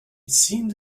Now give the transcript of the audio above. seemed